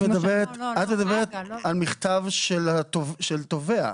את מדברת על מכתב של תובע.